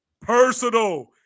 personal